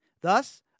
Thus